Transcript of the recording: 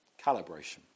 calibration